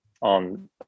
on